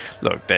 look